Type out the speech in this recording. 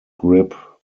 grip